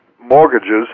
mortgages